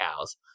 cows